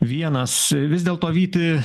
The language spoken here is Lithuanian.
vienas vis dėlto vyti